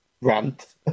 rant